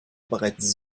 bereits